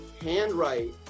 handwrite